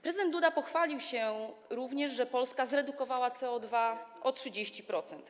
Prezydent Duda pochwalił się również, że Polska zredukowała CO2 o 30%.